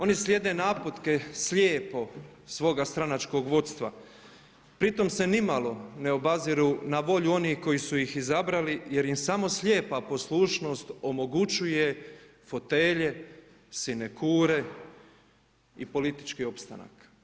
Oni slijede naputke slijepo svoga stranačkog vodstva pritom se nimalo ne obaziru na volju onih koji su ih izabrali jer im samo slijepa poslušnost omogućuje fotelje, sinekure i politički opstanak.